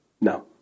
No